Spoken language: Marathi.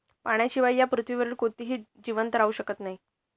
पाण्याशिवाय या पृथ्वीवर कोणीही जिवंत राहू शकत नाही